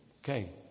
Okay